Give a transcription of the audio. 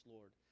Lord